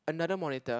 another monitor